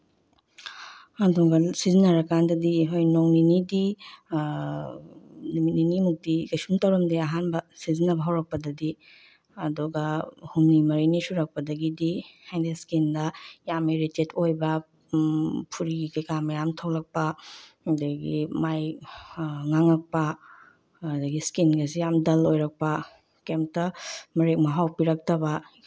ꯑꯗꯨꯒ ꯁꯤꯖꯤꯟꯅꯔꯀꯥꯟꯗꯗꯤ ꯍꯣꯏ ꯅꯣꯡ ꯅꯤꯅꯤꯗꯤ ꯅꯨꯃꯤꯠ ꯅꯤꯅꯤꯃꯨꯛꯇꯤ ꯀꯩꯁꯨꯝ ꯇꯧꯔꯝꯗꯦ ꯑꯍꯥꯟꯕ ꯁꯤꯖꯤꯟꯅꯕ ꯍꯧꯔꯛꯄꯗꯗꯤ ꯑꯗꯨꯒ ꯍꯨꯝꯅꯤ ꯃꯔꯤꯅꯤ ꯁꯨꯔꯛꯄꯗꯒꯤꯗꯤ ꯍꯥꯏꯗꯤ ꯏꯁꯀꯤꯟꯗ ꯌꯥꯝ ꯏꯔꯤꯇꯦꯠ ꯑꯣꯏꯕ ꯐꯨꯔꯤ ꯀꯩꯀꯥ ꯃꯌꯥꯝ ꯊꯣꯛꯂꯛꯄ ꯑꯗꯒꯤ ꯃꯥꯏ ꯉꯥꯡꯉꯛꯄ ꯑꯗꯒꯤ ꯏꯁꯀꯤꯟꯀꯁꯦ ꯌꯥꯝ ꯗꯜ ꯑꯣꯏꯔꯛꯄ ꯀꯦꯝꯇ ꯃꯔꯦꯛ ꯃꯍꯥꯎ ꯄꯤꯔꯛꯇꯕ